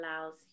allows